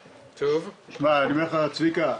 צביקה,